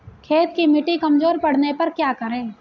खेत की मिटी कमजोर पड़ने पर क्या करें?